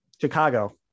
Chicago